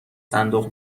صندوق